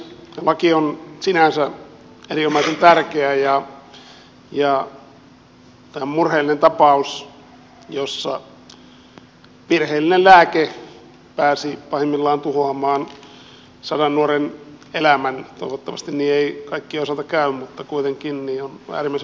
laki on sinänsä erinomaisen tärkeä ja tämä murheellinen tapaus jossa virheellinen lääke pääsi pahimmillaan tuhoamaan sadan nuoren elämän toivottavasti niin ei kaikkien osalta käy mutta kuitenkin on äärimmäisen valitettava